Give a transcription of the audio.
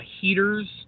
heaters